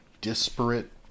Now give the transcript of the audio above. disparate